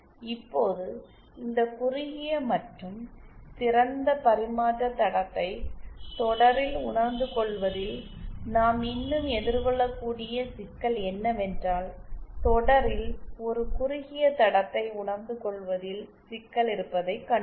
இப்போது இந்த குறுகிய மற்றும் திறந்த பரிமாற்ற தடத்தை தொடரில் உணர்ந்து கொள்வதில் நாம் இன்னும் எதிர்கொள்ளக்கூடிய சிக்கல் என்னவென்றால் தொடரில் ஒரு குறுகிய தடத்தை உணர்ந்து கொள்வதில் சிக்கல் இருப்பதைக் கண்டோம்